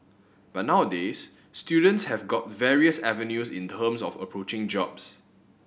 but nowadays students have got various avenues in terms of approaching jobs